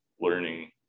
learning